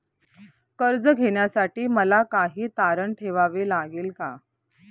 कर्ज घेण्यासाठी मला काही तारण ठेवावे लागेल का?